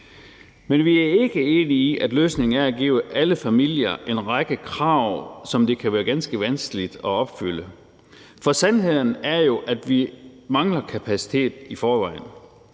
Men vi er ikke enige i, at løsningen er at give alle familier en række rettigheder, som det kan være ganske vanskeligt at opfylde. For sandheden er jo, at vi mangler kapacitet i forvejen.